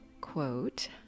quote